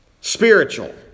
Spiritual